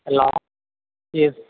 hello yes